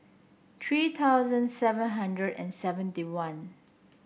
three thousand seven hundred and seventy one